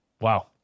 Wow